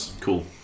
Cool